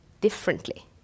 differently